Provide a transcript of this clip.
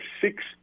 six